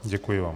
Děkuji vám.